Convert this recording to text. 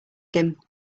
him